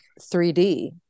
3D